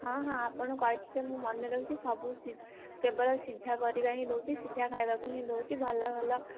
ହଁ ହଁ ଆପଣ କହିଥିଲେ ମୁଁ ମନେରଖିଛି ସବୁ ସିଜ କେବଳ ସିଝା ପରିବା ହିଁ ଦେଉଛି ସିଝା ଖାଇବାକୁ ହିଁ ଦେଉଛି ଭଲ ଭଲ